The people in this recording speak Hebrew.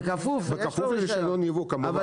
בכפוף לרישיון יבוא, כמובן.